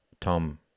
Tom